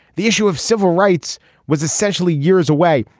the issue of civil rights was essentially years away.